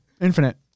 Infinite